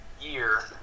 year